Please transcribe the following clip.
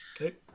Okay